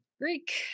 greek